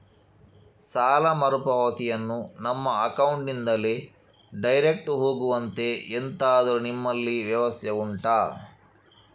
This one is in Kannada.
ಸಾಲ ಮರುಪಾವತಿಯನ್ನು ನಮ್ಮ ಅಕೌಂಟ್ ನಿಂದಲೇ ಡೈರೆಕ್ಟ್ ಹೋಗುವಂತೆ ಎಂತಾದರು ನಿಮ್ಮಲ್ಲಿ ವ್ಯವಸ್ಥೆ ಉಂಟಾ